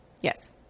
Yes